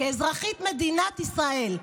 כאזרחית מדינת ישראל: